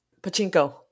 pachinko